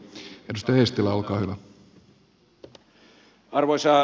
arvoisa puhemies